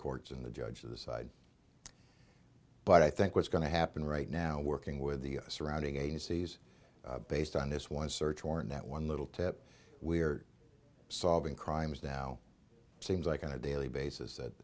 courts and the judge to decide but i think what's going to happen right now working with the surrounding agencies based on this one search warrant that one little tip we're solving crimes now seems like on a daily basis that